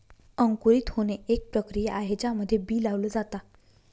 अंकुरित होणे, एक प्रक्रिया आहे ज्यामध्ये बी लावल जाता